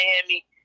Miami